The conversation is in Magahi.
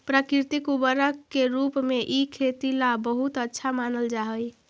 प्राकृतिक उर्वरक के रूप में इ खेती ला बहुत अच्छा मानल जा हई